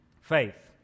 Faith